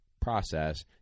process